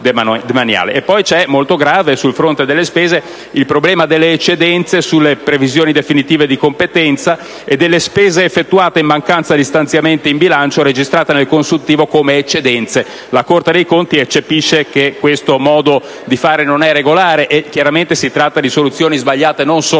E poi c'è, molto grave, sul fronte delle spese, il problema delle eccedenze sulle previsioni definitive di competenza e delle spese effettuate in mancanza di stanziamenti in bilancio, registrate nel consuntivo come eccedenze: la Corte dei conti eccepisce che questo modo di fare non è regolare e chiaramente si tratta di soluzioni sbagliate non solo nella